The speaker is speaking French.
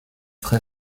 très